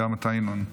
גם אתה, ינון.